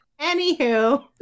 Anywho